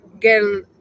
girl